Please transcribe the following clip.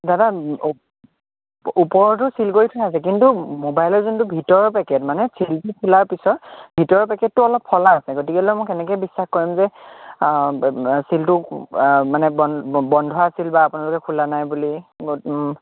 দাদা ওপ ওপৰৰটো ছিল কৰি থোৱাই আছে কিন্তু মোবাইলৰ যোনটো ভিতৰৰ পেকেট মানে ছিলটো খোলাৰ পিছত ভিতৰৰ পেকেটটো অলপ ফলা আছে গতিকলে মই কেনেকৈ বিশ্বাস কৰিম যে ছিলটো মানে বন বন্ধ আছিল বা আপোনালোকে খোলা নাই বুলি গত